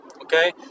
okay